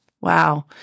Wow